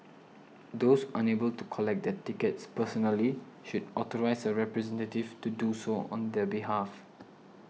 those unable to collect their tickets personally should authorise a representative to do so on their behalf